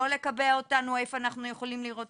לא לקבע אותנו איפה אנחנו יכולים לראות,